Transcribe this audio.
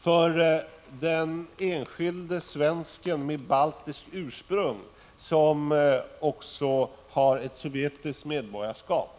För den enskilde svensk med baltiskt ursprung som också har ett sovjetiskt medborgarskap